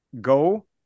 go